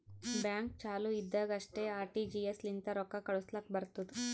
bank ಚಾಲು ಇದ್ದಾಗ್ ಅಷ್ಟೇ ಆರ್.ಟಿ.ಜಿ.ಎಸ್ ಲಿಂತ ರೊಕ್ಕಾ ಕಳುಸ್ಲಾಕ್ ಬರ್ತುದ್